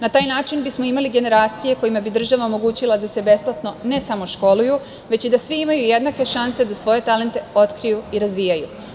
Na taj način bismo imali generacije kojima bi država omogućila da se besplatno ne samo školuju, već i da svi imaju jednake šanse da svoje talente otkriju i razvijaju.